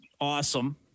awesome